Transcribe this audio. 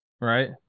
right